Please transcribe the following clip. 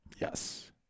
Yes